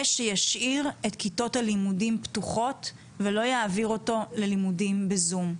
שישאיר את כיתות הלימודים פתוחות ולא יעביר אותו ללימודים בזום.